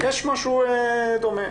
יש משהו דומה.